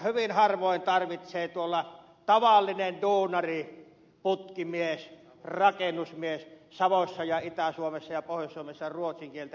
hyvin harvoin tarvitsee tuolla tavallinen duunari putkimies rakennusmies savossa ja muualla itä suomessa ja pohjois suomessa ruotsin kieltä